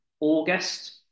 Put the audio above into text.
August